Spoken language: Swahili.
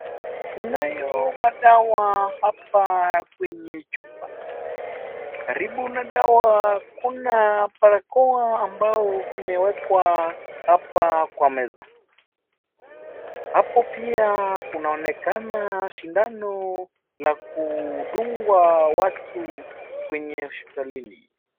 Kunayo madawa hapa kwenye chupa, karibu na dawa kuna barakoa ambayo kimewekwa hapa kwa meza hapo pia kunaonekana shindano ya kudunga watu kweney hospitalini.